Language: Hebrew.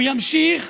הוא ימשיך